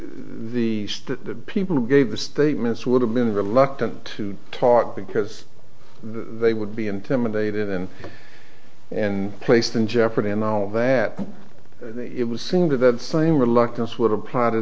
if the people who gave the statements would have been reluctant to talk because they would be intimidated and and placed in jeopardy and all that it was going to the same reluctance would apply to